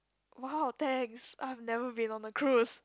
!wow! thanks I have never been on a cruise